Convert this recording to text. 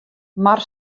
mar